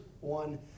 one